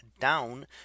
down